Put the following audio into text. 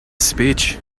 speech